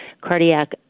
cardiac